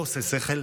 לא עושה שכל,